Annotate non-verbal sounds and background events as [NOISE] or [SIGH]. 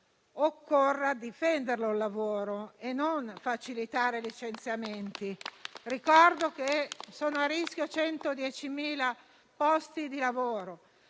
occorra difendere il lavoro e non facilitare licenziamenti. [APPLAUSE] Ricordo che sono a rischio 110.000 posti di lavoro